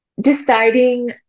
deciding